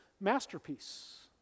masterpiece